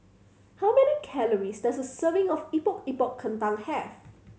how many calories does a serving of Epok Epok Kentang have